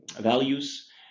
values